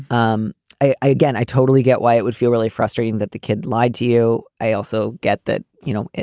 um i i again, i totally get why it would feel really frustrating that the kid lied to you. i also get that, you know,